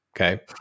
Okay